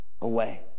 away